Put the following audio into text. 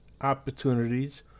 opportunities